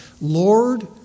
Lord